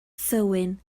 thywyn